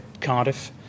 Cardiff